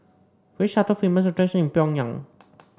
which are the famous attraction in Pyongyang